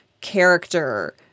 character